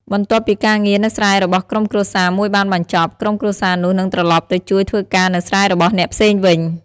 បន្ទាប់ពីការងារនៅស្រែរបស់ក្រុមគ្រួសារមួយបានបញ្ចប់ ក្រុមគ្រួសារនោះនឹងត្រឡប់ទៅជួយធ្វើការនៅស្រែរបស់អ្នកផ្សេងវិញ។